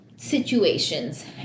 situations